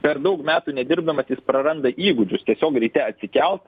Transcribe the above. per daug metų nedirbdamas jis praranda įgūdžius tiesiog ryte atsikelt